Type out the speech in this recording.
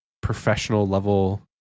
professional-level